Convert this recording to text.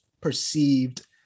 perceived